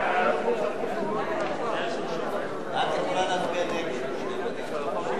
סעיפים 1 9 נתקבלו.